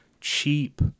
cheap